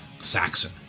Saxon